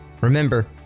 Remember